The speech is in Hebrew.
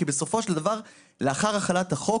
כי בסופו של דבר לאחר החלת החוק,